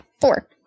four